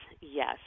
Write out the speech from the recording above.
Yes